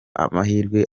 amahirwe